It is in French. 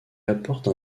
apporte